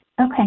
Okay